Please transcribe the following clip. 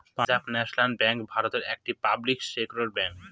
Punjab National Bank ভারতের একটি public sector bank